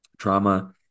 Trauma